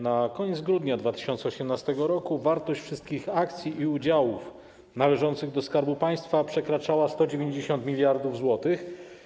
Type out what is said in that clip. Na koniec grudnia 2018 r. wartość wszystkich akcji i udziałów należących do Skarbu Państwa przekraczała 190 mld zł.